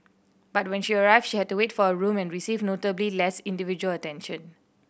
but when she arrived she had to wait for a room and received notably less individual attention